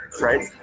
Right